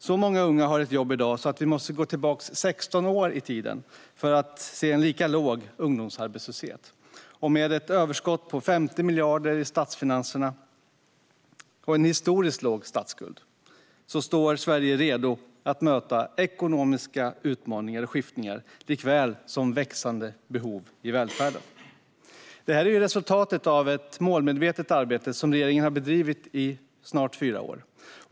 Så många unga har ett jobb i dag att vi måste gå 16 år tillbaka i tiden för att se en lika låg ungdomsarbetslöshet. Med ett överskott på 50 miljarder i statsfinanserna och en historiskt låg statsskuld står Sverige redo att möta såväl ekonomiska skiftningar som växande behov i välfärden. Detta är resultatet av det målmedvetna arbete regeringen har bedrivit i snart fyra år.